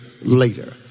later